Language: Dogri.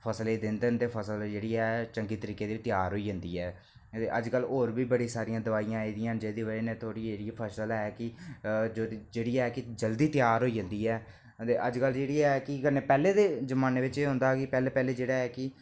फसला गी दिंदे ते फसल जेहडी ऐ चंगी तरीके दी होई जंदी त्यार होई जंदी ऐ ते अजकल होर बी बड़ी सारियां दवाइयां आदियां न जेहदी बजह कन्नै थुआड़ी जेह्ड़ी फसल ऐ कि जेह्ड़ी है कि जल्दी त्यार होई जंदी ऐ ते अजकल ऐ बी है कि कन्नै पैह्लें दे जमांने बिच्च ऐ होंदा कि पैह्लें पैह्लें जेहड़ा ऐ कि